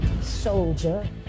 soldier